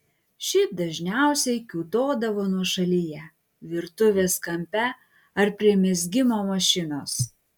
šiaip dažniausiai kiūtodavo nuošalyje virtuvės kampe ar prie mezgimo mašinos